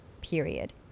period